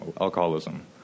alcoholism